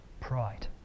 pride